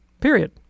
Period